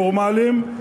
נורמליים,